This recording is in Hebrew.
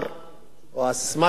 או הססמה שלה היתה,